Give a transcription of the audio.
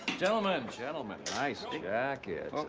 gentleman, gentlemen, nice jackets.